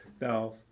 Now